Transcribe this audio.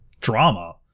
drama